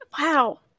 Wow